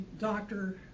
doctor